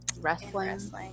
wrestling